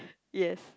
yes